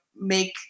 make